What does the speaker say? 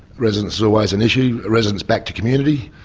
residence is always an issue. residence back to community,